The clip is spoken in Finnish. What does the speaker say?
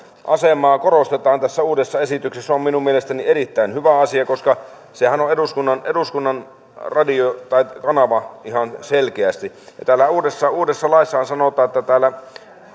asemaa korostetaan tässä uudessa esityksessä on minun mielestäni erittäin hyvä asia koska sehän on eduskunnan eduskunnan radio tai kanava ihan selkeästi täällä uudessa uudessa laissahan sanotaan että täällä